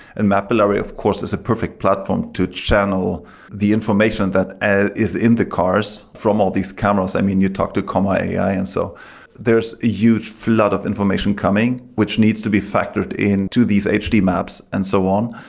and mapillary, of course, is a perfect platform to channel the information that is in the cars from all these cameras. i mean, you talked to comma ai. and so there's a huge flood of information coming which needs to be factored in to these hd maps and so on,